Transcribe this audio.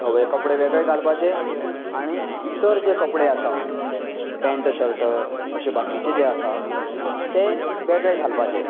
धवे कपडे वेगळें घालपाचे आनी इतर जे कपडे आसात पेन्ट शर्ट अशें बाकिचे जे आसा ते वेगळें घालपाचे